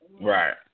Right